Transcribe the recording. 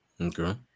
Okay